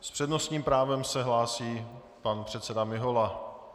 S přednostním právem se hlásí pan předseda Mihola.